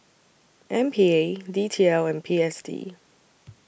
M P A D T L and P S D